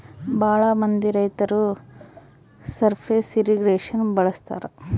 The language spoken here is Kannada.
ಭಾಳ ಮಂದಿ ರೈತರು ಸರ್ಫೇಸ್ ಇರ್ರಿಗೇಷನ್ ಬಳಸ್ತರ